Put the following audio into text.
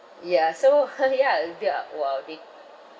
ya so ya they are !wah! they